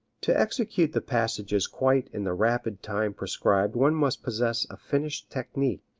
to execute the passages quite in the rapid time prescribed one must possess a finished technique.